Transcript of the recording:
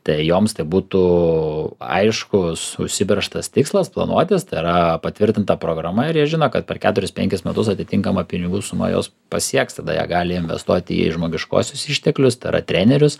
tai joms tai būtų aiškus užsibrėžtas tikslas planuotis tai yra patvirtinta programa ir jie žino kad per keturis penkis metus atitinkama pinigų suma juos pasieks tada jie gali investuoti į žmogiškuosius išteklius tai yra trenerius